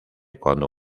cuando